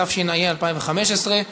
התשע"ה 2015,